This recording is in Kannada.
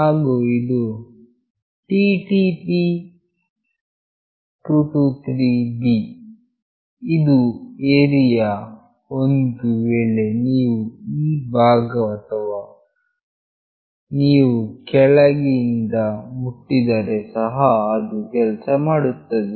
ಹಾಗು ಇದು TTP223B ಇದು ಏರಿಯಾ ಒಂದು ವೇಳೆ ನೀವು ಈ ಭಾಗ ಅಥವಾ ನೀವು ಕೆಳಗಿನಿಂದ ಮುಟ್ಟಿದರೆ ಸಹ ಅದು ಕೆಲಸ ಮಾಡುತ್ತದೆ